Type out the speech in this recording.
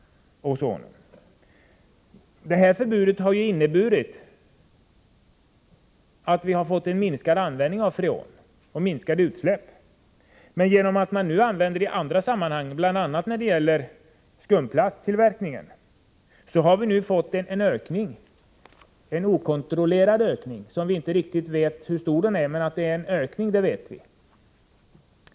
Förbudet har inneburit att vi har fått en minskad användning och minskade utsläpp av freoner. Genom att freoner nu används i andra sammanhang, bl.a. i skumplasttillverkning, har det emellertid skett en okontrollerad ökning. Vi vet inte hur stor den är, men att det är en ökning vet vi.